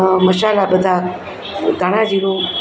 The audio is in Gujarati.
મસાલા બધા ધાણા જીરું